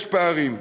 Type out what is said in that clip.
יש פערים.